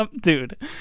Dude